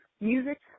music